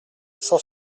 cent